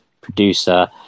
producer